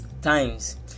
times